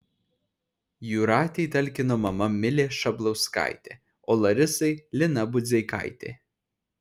jūratei talkino mama milė šablauskaitė o larisai lina budzeikaitė